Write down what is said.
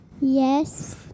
Yes